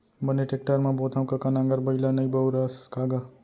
बने टेक्टर म बोथँव कका नांगर बइला नइ बउरस का गा?